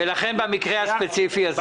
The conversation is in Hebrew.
ולכן במקרה הספציפי הזה?